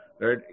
right